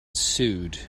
sewed